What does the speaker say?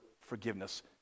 forgiveness